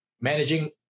managing